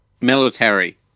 military